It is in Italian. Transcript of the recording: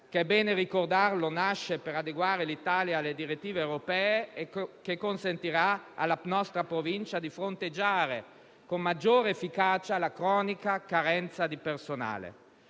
che - è bene ricordarlo - nasce per adeguare l'Italia alle direttive europee, e consentirà alla nostra Provincia di fronteggiare con maggiore efficacia la cronica carenza di personale.